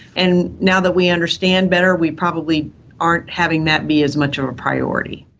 and now that we understand better we probably aren't having that be as much of a priority.